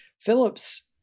phillips